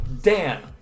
Dan